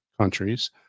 countries